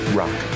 rock